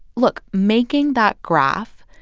look making that graph,